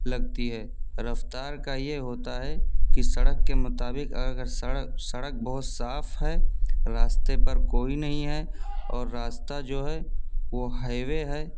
لگتی ہے رفتار کا یہ ہوتا ہے کہ سڑک کے مطابق اور اگر سڑک بہت صاف ہے راستے پر کوئی نہیں ہے اور راستہ جو ہے وہ ہائی وے ہے